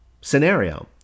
scenario